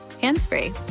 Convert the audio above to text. hands-free